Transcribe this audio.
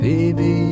Baby